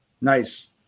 nice